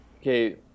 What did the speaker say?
okay